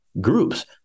groups